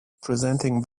presenting